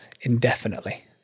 indefinitely